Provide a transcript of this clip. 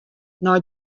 nei